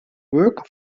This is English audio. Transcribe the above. work